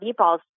meatballs